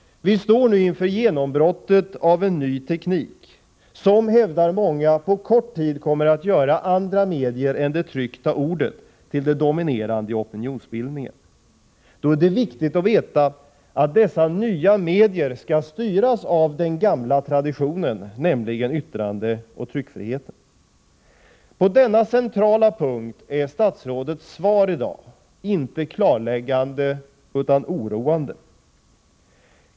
Vi står nu inför genombrottet av en ny teknik som, hävdar många, på kort tid kommer att göra andra medier än det tryckta ordet till det dominerande i opinionsbildningen. Då är det viktigt att veta att dessa nya medier skall styras av den gamla traditionen, nämligen yttrandeoch tryckfriheten. På denna centrala punkt är statsrådets svar i dag inte klarläggande utan oroande.